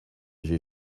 j’ai